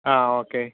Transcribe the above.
ആ ഓക്കെ